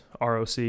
Roc